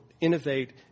innovate